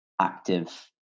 active